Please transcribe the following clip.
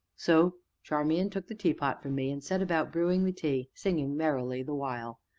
so charmian took the teapot from me, and set about brewing the tea, singing merrily the while.